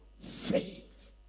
faith